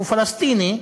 שהוא פלסטיני,